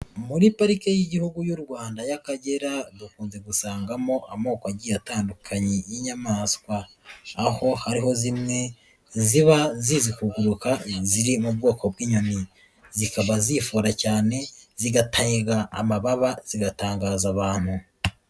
Muri parike y'igihugu y'u Rwanda y'Akagera, dukunze gusangamo amoko agiye atandukanye y'inyamaswa, aho hariho zimwe ziba zizi kuguruka ziri mu bwoko bw'inyoni, zikaba zifora cyane, zigatega amababa, zigatangaza abantu.